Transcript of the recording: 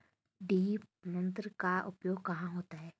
Drip तंत्र का उपयोग कहाँ होता है?